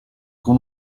con